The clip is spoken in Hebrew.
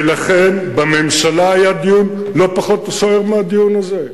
ולכן בממשלה היה דיון לא פחות סוער מהדיון הזה.